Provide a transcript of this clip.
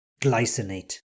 glycinate